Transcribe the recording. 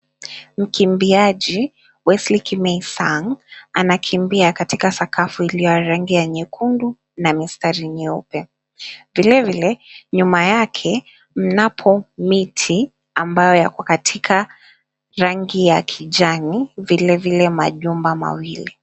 Mkimbiaji Wesley Kimeii Sang anakimbia katika sakafu iliyo na rangi nyekundu na mistari nyeupe vile vile nyuma yake mnapo miti ambayo yako katika rangi ya kijani vile vile majumba mawili.